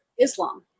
Islam